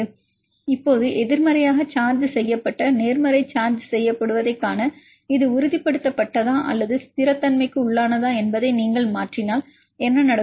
மாணவர் இப்போது எதிர்மறையாக சார்ஜ் செய்யப்பட்ட நேர்மறை சார்ஜ் செய்யப்படுவதைக் காண இது உறுதிப்படுத்தப்பட்டதா அல்லது ஸ்திரமின்மைக்குள்ளானதா என்பதை நீங்கள் மாற்றினால் என்ன நடக்கும்